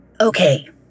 Okay